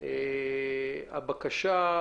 הבקשה,